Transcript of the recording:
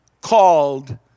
called